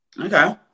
Okay